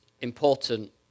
important